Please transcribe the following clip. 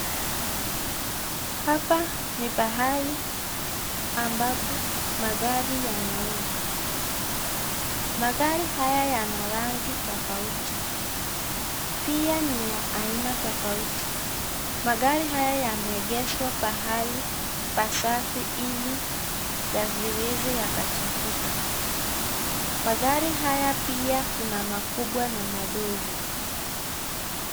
Hapa ni pahali ambapo magari yanauzwa, magari haya yana rangi tofauti, pia ni ya aina tofauti ,magari haya yameegezwa pahali pasafi ili yasiweze yakachafuka. Magari haya pia kuna makubwa na madogo.